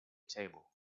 table